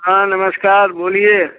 हाँ नमस्कार बोलिए